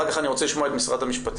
לאחר מכן אני רוצה לשמוע את משרד המשפטים.